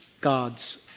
God's